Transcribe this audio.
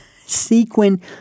Sequin